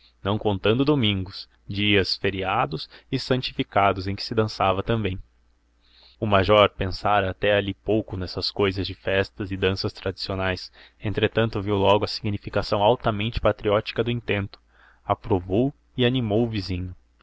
não contando domingos dias feriados e santificados em que se dançava também o major pensara até ali pouco nessas cousas de festas e danças tradicionais entretanto viu logo a significação altamente patriótica do intento aprovou e animou o vizinho